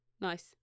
Nice